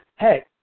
Hey